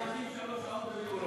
ולהמתין שלוש שעות ב"ביקורופא".